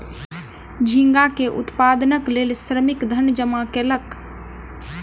झींगा के उत्पादनक लेल श्रमिक धन जमा कयलक